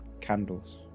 candles